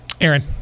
Aaron